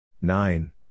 Nine